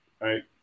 right